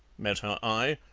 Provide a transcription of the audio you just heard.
met her eye,